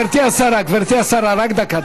גברתי השרה, גברתי השרה, רק דקה.